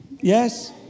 Yes